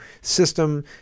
system